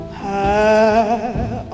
high